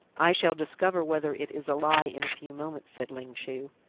i shall discover whether it is a lie in a few moments, said ling chu.